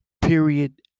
period